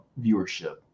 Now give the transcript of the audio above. viewership